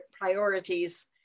priorities